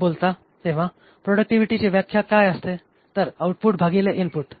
बोलू तेव्हा प्रॉडक्टिव्हिटीची व्याख्या काय असते तर आउटपुट भागिले इनपुट